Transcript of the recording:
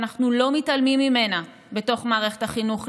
ואנחנו לא מתעלמים ממנה בתוך מערכת החינוך.